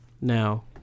now